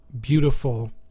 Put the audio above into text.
beautiful